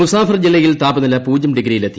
മുസാഫർ ജില്ലയിൽ താപനില പൂജ്യം ഡിഗ്രിയിലെത്തി